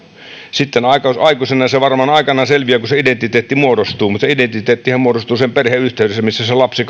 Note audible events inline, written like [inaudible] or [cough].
sitten aikuisena se varmaan aikanaan selviää kun se identiteetti muodostuu mutta se identiteettihän muodostuu sen perheen yhteydessä missä se lapsi [unintelligible]